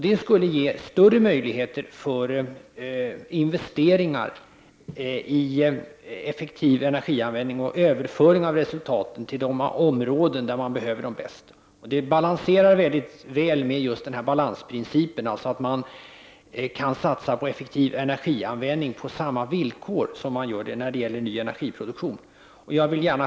Det skulle ge större möjligheter för investeringar i effektiv energianvändning och överföring av resultaten till de områden där de behövs bäst. Detta överensstämmer väl med just balansprincipen, dvs. att man kan satsa på effektiv energianvändning på samma villkor som när det gäller ny energiproduktion.